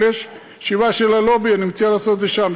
אבל יש ישיבה של הלובי, ואני מציע לעשות את זה שם.